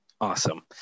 Awesome